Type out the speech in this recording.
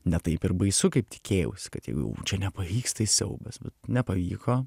ne taip ir baisu kaip tikėjaus kad jeigu čia nepavyks tai siaubas nepavyko